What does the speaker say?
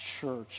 church